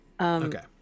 Okay